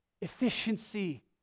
efficiency